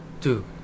two